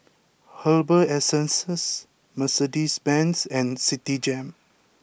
Herbal Essences Mercedes Benz and Citigem